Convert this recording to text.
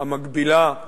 המגבילה,